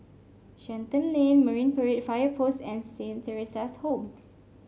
Shenton Lane Marine Parade Fire Post and Saint Theresa's Home